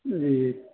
جی